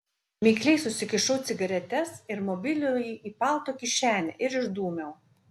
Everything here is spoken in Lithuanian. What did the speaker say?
mikliai susikišau cigaretes ir mobilųjį į palto kišenę ir išdūmiau